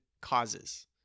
causes